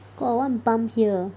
got one bump here